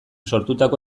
sortutako